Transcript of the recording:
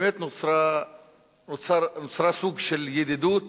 ונוצר סוג של ידידות